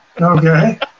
Okay